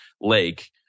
Lake